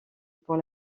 pour